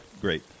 great